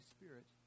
Spirit